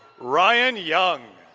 ryan young.